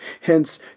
Hence